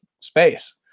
space